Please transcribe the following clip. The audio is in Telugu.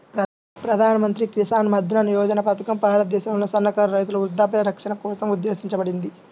ప్రధాన్ మంత్రి కిసాన్ మన్ధన్ యోజన పథకం భారతదేశంలోని సన్నకారు రైతుల వృద్ధాప్య రక్షణ కోసం ఉద్దేశించబడింది